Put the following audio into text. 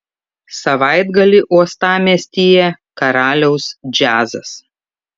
savaitgalį uostamiestyje karaliaus džiazas